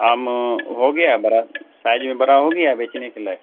آم ہو گیا بڑا سائز میں بڑا ہو گیا بیچنے کے لائق